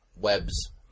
Webs